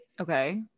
okay